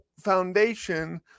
Foundation